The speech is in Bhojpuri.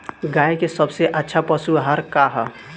गाय के सबसे अच्छा पशु आहार का ह?